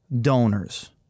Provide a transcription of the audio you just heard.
donors